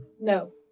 No